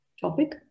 topic